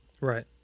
Right